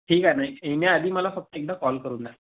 ठीक आहे ना येण्या आधी मला फक्त एकदा कॉल करून द्या